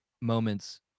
moments